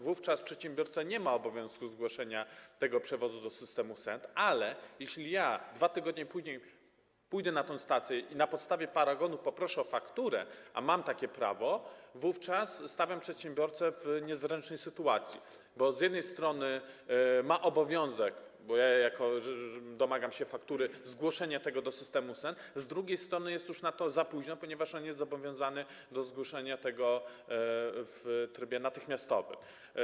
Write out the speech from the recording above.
Wówczas przedsiębiorca nie ma obowiązku zgłoszenia tego przewozu do systemu SENT, ale jeśli 2 tygodnie później pójdę na tę stację i na podstawie paragonu poproszę o fakturę, a mam takie prawo, wówczas stawiam przedsiębiorcę w niezręcznej sytuacji, bo z jednej strony ma obowiązek - bo ja domagam się faktury - zgłoszenia tego do systemu SENT, z drugiej strony jest już na to za późno, ponieważ on jest zobowiązany do zgłoszenia tego w trybie natychmiastowym.